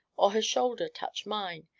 or her shoulder touch mine,